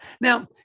Now